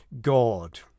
God